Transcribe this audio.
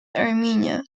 armenia